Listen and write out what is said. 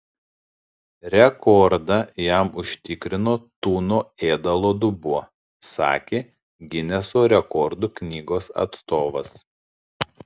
rekordą jam užtikrino tuno ėdalo dubuo sakė gineso rekordų knygos atstovas